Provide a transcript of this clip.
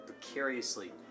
precariously